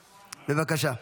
בבקשה.